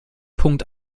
punkt